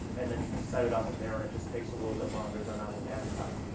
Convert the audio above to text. and then you can set it up in there, and it just takes a little bit longer than on the mac side.